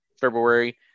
February